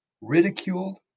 ridiculed